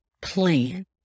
plan